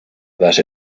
that